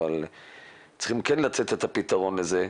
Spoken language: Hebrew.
אבל צריכים כן לתת את הפתרון לזה,